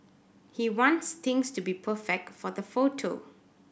he wants things to be perfect for the photo